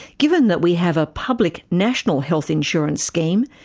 given that we have a public national health insurance scheme,